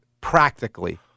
practically